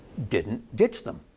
didn't ditch them.